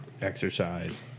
exercise